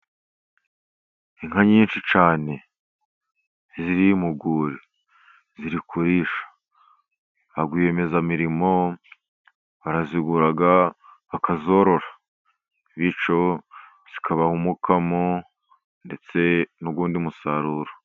Inka nyinshi cyane ziri mu rwuri ziri kurisha, ba rwiyemezamirimo barazigura bakazorora bityo zikabaha umukamo ndetse n'undi musaruro.